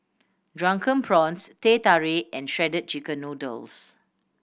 Drunken Prawns Teh Tarik and Shredded Chicken Noodles